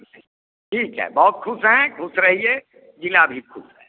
ठीक है बोहौत खुश हैं खुश रहिए जिला भी खुश रहे